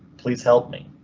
please help me,